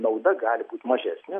nauda gali būt mažesnė